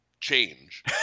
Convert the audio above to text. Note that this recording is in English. change